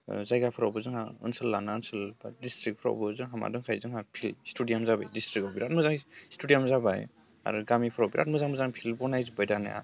जायगाफ्रावबो जोंहा ओनसोल लाना ओनसोल डिस्ट्रिफ्रावबो जोंहा मा दोंखायो जोंहा फिल्ड स्टेडियाम जाबाय डिस्ट्रिकआव बिराद मोजां स्टेडियाम जाबाय आरो गामिफ्रावबो बिराद मोजां मोजां फिल्ड बनायजोब्बाय दानिया